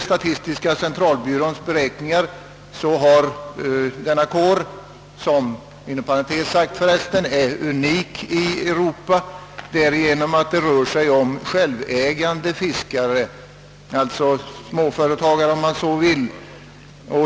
Denna kår är inom parentes sagt unik i Europa så till vida att det rör sig om självägande fiskare — småföretagare om man så vill.